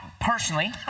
Personally